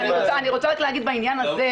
--- אני רוצה רק להגיד בעניין הזה,